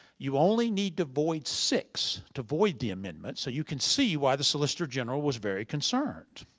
you only need to void six to void the amendment, so you can see why the solicitor general was very concerned.